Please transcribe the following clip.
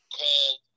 called